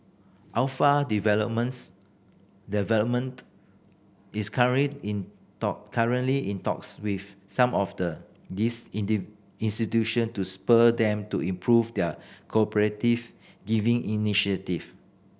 alpha Developments Development is current in talk currently in talks with some of these institutions to spur them to improve their giving initiative